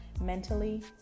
mentally